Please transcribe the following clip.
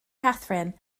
kathrine